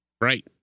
Right